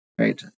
right